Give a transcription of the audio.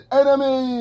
enemy